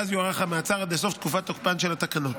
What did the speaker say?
ואז יוארך המעצר עד לסוף תקופת תוקפן של התקנות.